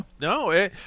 No